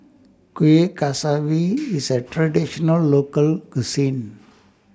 Kueh Kaswi IS A Traditional Local Cuisine